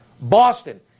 Boston